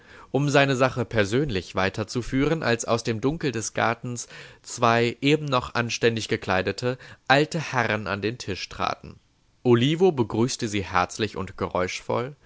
um seine sache persönlich weiterzuführen als aus dem dunkel des gartens zwei eben noch anständig gekleidete alte herren an den tisch traten olivo begrüßte sie herzlich und geräuschvoll